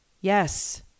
Yes